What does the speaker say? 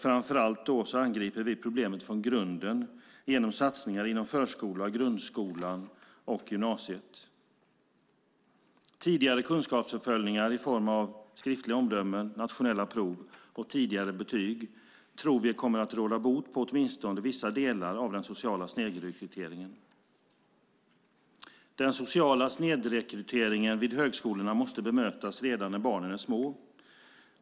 Framför allt angriper vi problemet från grunden genom satsningar inom förskolan, grundskolan och gymnasiet. Tidigare kunskapsuppföljningar i form av skriftliga omdömen, nationella prov och tidigare betyg tror vi kommer att råda bot på åtminstone vissa delar av den sociala snedrekryteringen. Den sociala snedrekryteringen till högskolorna måste bemötas redan när barnen är små.